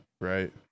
Right